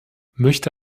möchte